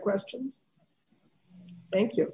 questions thank you